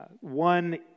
One